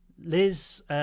Liz